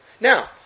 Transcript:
Now